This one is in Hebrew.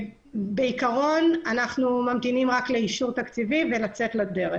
אנחנו ממתינים רק לאישור תקציבי ונצא לדרך.